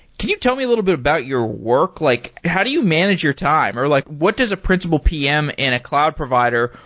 can you tell me a little bit about your work, like how do you manage your time, or like what does a principal pm and a cloud provider,